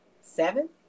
Seven